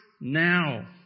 now